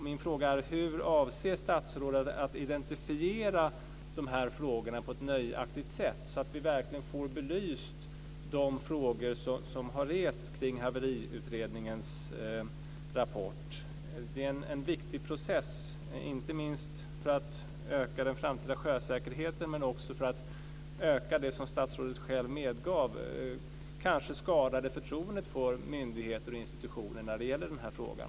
Min fråga är: Hur avser statsrådet att identifiera de här frågorna på ett nöjaktigt sätt, så att vi verkligen får de frågor som har rests kring Haveriutredningens rapport belysta? Det är en viktig process, inte minst för att öka den framtida sjösäkerheten men också för att öka det, som statsrådet själv medgav, kanske skadade förtroendet för myndigheter och institutioner när det gäller den här frågan.